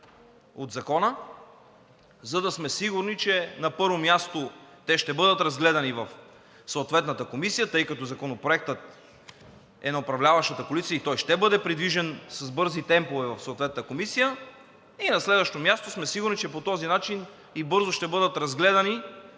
от Закона, за да сме сигурни, че на първо място, те ще бъдат разгледани в съответната комисия, тъй като Законопроектът е на управляващата коалиция, и той ще бъде придвижен с бързи темпове в съответната комисия, и на следващо място, сме сигурни, че по този начин бързо ще бъдат разгледани